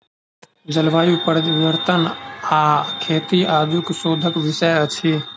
जलवायु परिवर्तन आ खेती आजुक शोधक विषय अछि